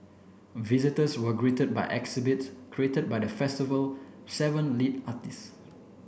visitors were greeted by exhibits created by the festival seven lead artist